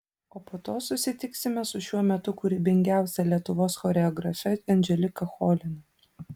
o po to susitiksime su šiuo metu kūrybingiausia lietuvos choreografe andželika cholina